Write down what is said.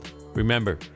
Remember